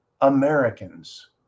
Americans